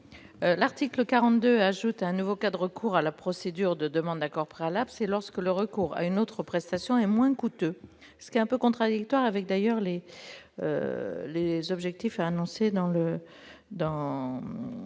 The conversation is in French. L'article 42 ajoute un nouveau cas de recours à la procédure de demande d'accord préalable, lorsque « le recours à une autre prestation est moins coûteux », ce qui est d'ailleurs quelque peu contradictoire avec les objectifs annoncés dans